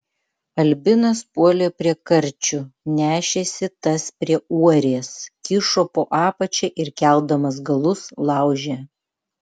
albinas puolė prie karčių nešėsi tas prie uorės kišo po apačia ir keldamas galus laužė